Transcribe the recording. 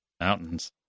Mountains